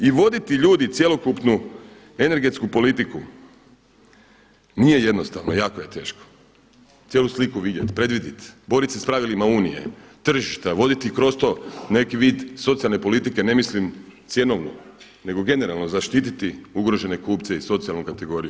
I voditi ljudi cjelokupnu energetsku politiku nije jednostavno, jako je teško cijelu sliku vidjet, predvidjet, boriti se pravilima Unije, tržišta, voditi kroz to neki vid socijalne politike, ne mislim cjenovno nego generalno zaštititi ugrožene kupce i socijalnu kategoriju.